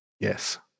yes